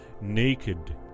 Naked